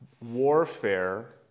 warfare